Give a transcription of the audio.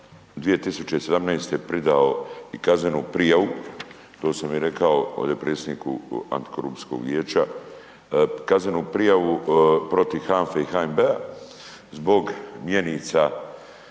11.4.2017. pridao i kaznenu prijavu, to sam i rekao ovde predsjedniku antikorupcijskog vijeća, kaznenu prijavu protiv HANFE i HNB-a zbog mjenica